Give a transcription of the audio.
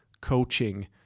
coaching